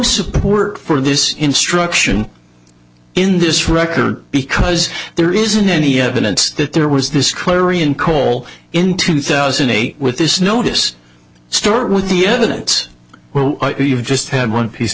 support for this instruction in this record because there isn't any evidence that there was this clarion call in two thousand and eight with this notice stuart with the evidence well you've just had one